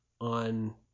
on